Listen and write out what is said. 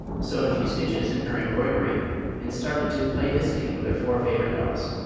sewed a few stitches in her embroidery and started to play visiting with her four favorite dolls.